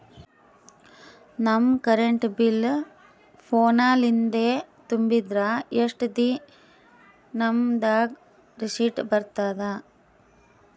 ನಮ್ current bill phone ಲಿಂದೇ ತುಂಬಿದ್ರ, ಎಷ್ಟ ದಿ ನಮ್ ದಾಗ ರಿಸಿಟ ಬರತದ?